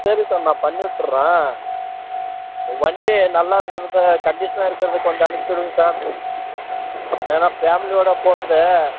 சரி சார் நான் பண்ணி விட்டுறேன் வண்டி நல்லாயிருக்கதா கண்டிஸனாக இருக்கிறது கொஞ்சம் அனுப்பிச்சி விடுங்க சார் ஏன்னால் ஃபேமிலியோடு போகிறது